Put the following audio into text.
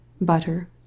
butter